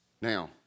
Now